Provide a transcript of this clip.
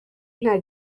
nta